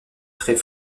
très